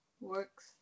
works